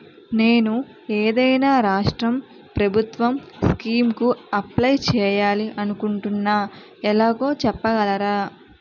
నేను ఏదైనా రాష్ట్రం ప్రభుత్వం స్కీం కు అప్లై చేయాలి అనుకుంటున్నా ఎలాగో చెప్పగలరా?